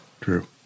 True